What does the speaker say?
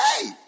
hey